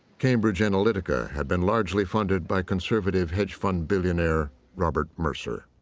cambridge analytica had been largely funded by conservative hedge fund billionaire robert mercer.